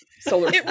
solar